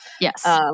Yes